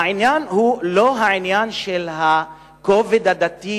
העניין הוא לא העניין של הכובד הדתי